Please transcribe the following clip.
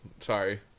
Sorry